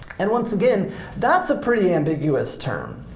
and once again, that's a pretty ambiguous term.